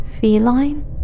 feline